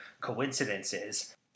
coincidences